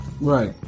Right